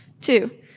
Two